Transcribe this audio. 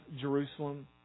Jerusalem